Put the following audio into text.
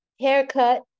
haircut